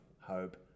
hope